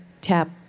tap